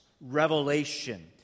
revelation